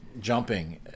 jumping